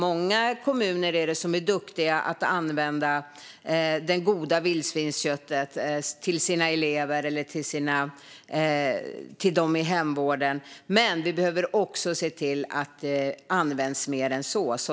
Många kommuner är duktiga på att använda detta goda kött till sina elever eller till dem i hemvården. Men vi behöver se till att det används mer än så.